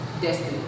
Destiny